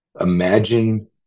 Imagine